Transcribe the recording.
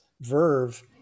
verve